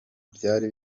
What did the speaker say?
byari